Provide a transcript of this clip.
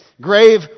Grave